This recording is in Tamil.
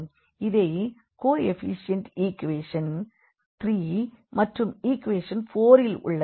இந்த கோஎப்பிஷியண்ட் ஈக்வேஷன் 3 மற்றும் ஈக்வேஷன் 4 இல் உள்ளது